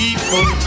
People